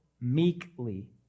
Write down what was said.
meekly